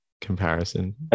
comparison